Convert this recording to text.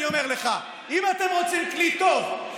אני אומר לך: אם אתם רוצים כלי טוב,